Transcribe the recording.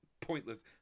pointless